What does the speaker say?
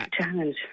Challenge